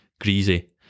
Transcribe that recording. greasy